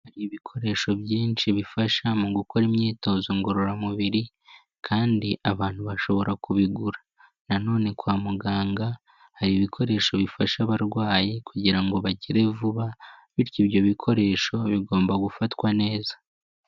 Hari ibikoresho byinshi bifasha mu gukora imyitozo ngororamubiri kandi abantu bashobora kubigura, nanone kwa muganga hari ibikoresho bifasha abarwayi kugira ngo bakire vuba, bityo ibyo bikoresho bigomba gufatwa neza.